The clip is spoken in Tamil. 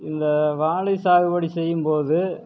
இந்த வாழை சாகுபடி செய்யும்போது